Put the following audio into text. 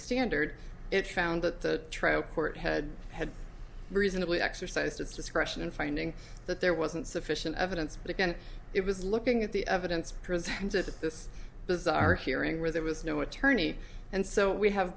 standard it found that the trial court had had reasonably exercised its discretion in finding that there wasn't sufficient evidence but again it was looking at the evidence presence at this bizarre hearing where there was no attorney and so we have